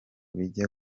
bijya